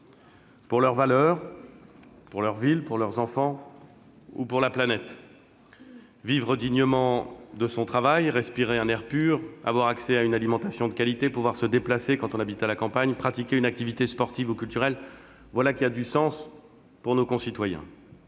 pour leurs valeurs, pour leur ville, pour leurs enfants ou pour la planète. Vivre dignement de son travail, respirer un air pur, avoir accès à une alimentation de qualité, pouvoir se déplacer, quand on habite à la campagne, pratiquer une activité sportive ou culturelle, voilà qui a du sens pour nos concitoyens.